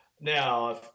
now